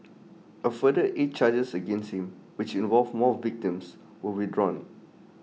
A further eight charges against him which involved more victims were withdrawn